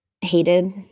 hated